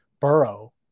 Burrow